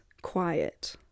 quiet